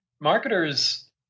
Marketers